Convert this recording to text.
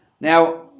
Now